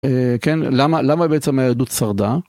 כן, למה למה בעצם היה היהדות שרדה..?